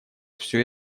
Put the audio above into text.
все